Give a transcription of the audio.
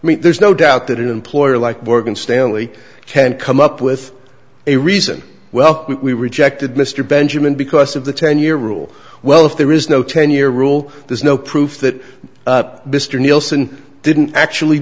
i mean there's no doubt that employee like morgan stanley can come up with a reason well we rejected mr benjamin because of the ten year rule well if there is no ten year rule there's no proof that mr nielsen didn't actually